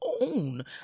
own